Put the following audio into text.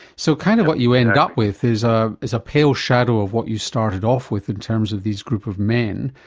so kind of what you end up with is ah is a pale shadow of what you started off with in terms of this group of men,